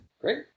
Great